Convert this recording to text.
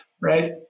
right